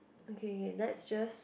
okay okay let's just